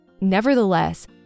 Nevertheless